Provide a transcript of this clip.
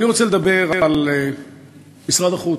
אני רוצה לדבר על משרד החוץ.